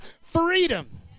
freedom